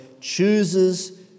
chooses